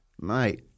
Mate